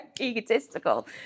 egotistical